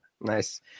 Nice